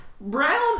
Brown